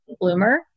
bloomer